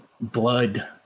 blood